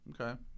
Okay